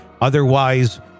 otherwise